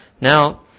Now